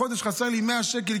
החודש חסר לי 100 שקל,